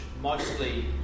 mostly